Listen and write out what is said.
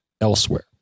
elsewhere